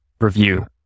review